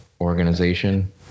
organization